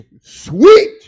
sweet